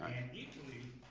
and equally,